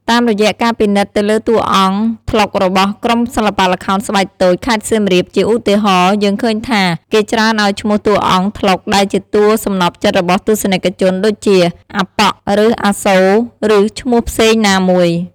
តាមរយៈការពិនិត្យទៅលើតួអង្គត្លុករបស់ក្រុមសិល្បៈល្ខោនស្បែកតូចខេត្តសៀមរាប ជាឧទាហរណ៍ យើងឃើញថា គេច្រើនឱ្យឈ្មោះតួអង្គត្លុកដែលជាតួសំណព្វចិត្តរបស់ទស្សនិកជនដូចជា “អាប៉ក់” ឬ “អាសូរ” ឬឈ្មោះផ្សេងណាមួយ ។